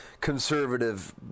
conservative